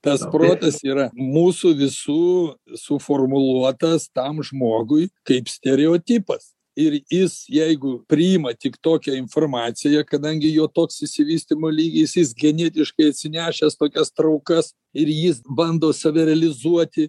tas protas yra mūsų visų suformuluotas tam žmogui kaip stereotipas ir jis jeigu priima tik tokią informaciją kadangi jo toks išsivystymo lygis jis genetiškai atsinešęs tokias traukas ir jis bando save realizuoti